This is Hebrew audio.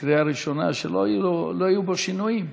בקריאה ראשונה שלא יהיו בו שינויים.